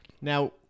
Now